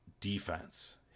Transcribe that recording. defense